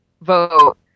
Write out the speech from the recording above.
vote